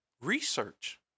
Research